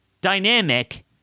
dynamic